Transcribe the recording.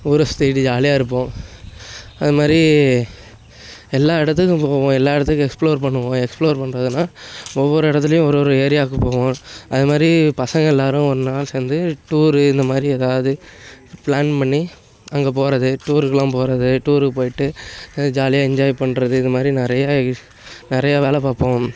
ஊரை சுற்றிக்கிட்டு ஜாலியாக இருப்போம் அது மாதிரி எல்லா இடத்துக்கும் போவோம் எல்லா இடத்துக்கும் எக்ஸ்பிளோர் பண்ணுவோம் எக்ஸ்பிளோர் பண்றதுனால் ஒவ்வொரு இடத்துலையும் ஒரு ஒரு ஏரியாவுக்கு போவோம் அது மாதிரி பசங்க எல்லோரும் ஒன்றா சேர்ந்து டூரு இந்த மாதிரி எதாவது பிளான் பண்ணி அங்கே போகிறது டூருக்குலாம் போகிறது டூருக்கு போயிட்டு ஜாலியாக என்ஜாய் பண்றது இந்த மாதிரி நிறையா இ நிறையா வேலை பார்ப்போம்